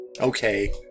Okay